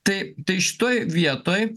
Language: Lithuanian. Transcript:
tai tai šitoj vietoj